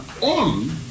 on